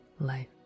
life